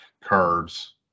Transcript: cards